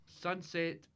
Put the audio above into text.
sunset